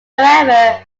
however